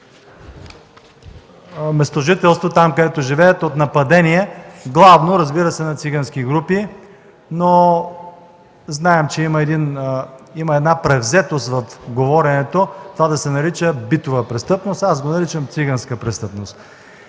местожителство – там където живеят, нападения главно на цигански групи. Знаем, че има една превзетост в говоренето това да се нарича битова престъпност. Аз го наричам циганска престъпност.